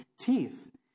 teeth